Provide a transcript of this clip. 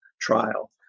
trial